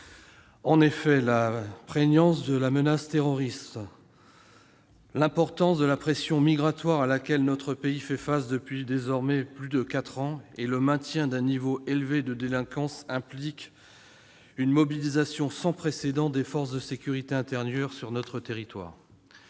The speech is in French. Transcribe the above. En effet, la prégnance de la menace terroriste, l'importance de la pression migratoire à laquelle notre pays fait face depuis, désormais, plus de quatre ans et le maintien d'un niveau élevé de délinquance impliquent une mobilisation sans précédent des forces de sécurité intérieure sur notre territoire.